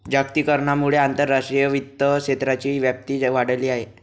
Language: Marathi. जागतिकीकरणामुळे आंतरराष्ट्रीय वित्त क्षेत्राची व्याप्ती वाढली आहे